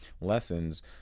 Lessons